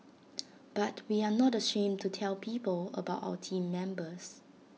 but we are not ashamed to tell people about our Team Members